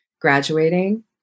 graduating